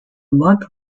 month